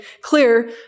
clear